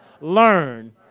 learn